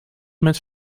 met